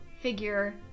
figure